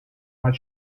what